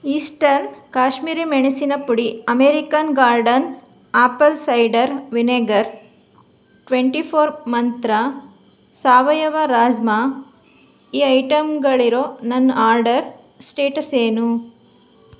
eastern Kashmiri ಮೆಣಸಿನ ಪುಡಿ American garden apple cider vinegar twenty four Mantra ಸಾವಯವ ರಾಜ್ಮಾ ಈ ಐಟೆಮ್ಗಳಿರೋ ನನ್ನ ಆರ್ಡರ್ ಸ್ಟೇಟಸ್ ಏನು